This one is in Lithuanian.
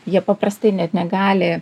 jie paprastai net negali